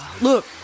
Look